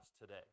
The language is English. today